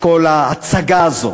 כל ההצגה הזאת